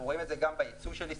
אנחנו רואים את זה גם בייצוא בישראל,